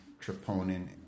troponin